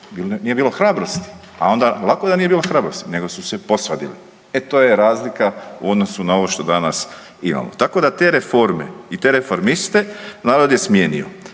nije bilo hrabrosti, a onda, lako da nije bilo hrabrosti nego su se posvadili. E to je razlika u odnosu na ovo što danas imamo, tako da te reforme i te reformiste, narod je smijenio.